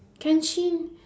kenshin